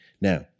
Now